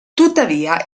tuttavia